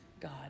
God